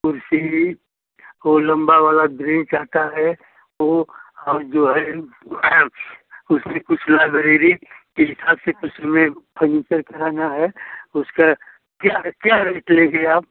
कुर्सी वह लंबा वाला ब्रेंच आता है वह और जो है उसमें कुछ लाइब्रेरी के एथा से उसमें फर्नीचर कराना है उसका क्या क्या रेट लेंगे आप